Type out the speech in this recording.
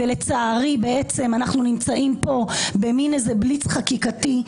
ולצערי אנחנו נמצאים פה במין בליץ חקיקתי.